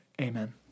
Amen